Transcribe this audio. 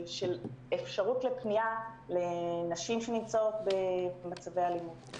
של אפשרות לפנייה לנשים שנמצאות במצבי אלימות.